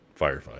Firefight